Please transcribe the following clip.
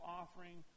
offering